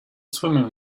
swimming